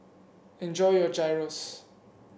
enjoy your Gyros